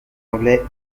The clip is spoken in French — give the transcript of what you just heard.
anglais